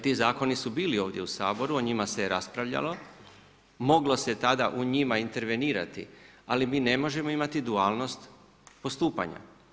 Ti zakoni su bili ovdje u Saboru, o njima se raspravljalo, moglo se tada u njima intervenirati ali mi ne možemo imati dualnost postupanja.